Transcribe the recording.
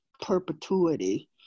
perpetuity